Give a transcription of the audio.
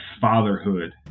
fatherhood